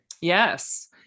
Yes